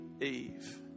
Eve